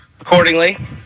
accordingly